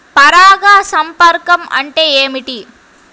పరాగ సంపర్కం అంటే ఏమిటి?